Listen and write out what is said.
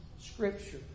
scripture